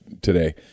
today